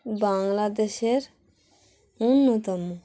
বাংলাদেশের অন্যতম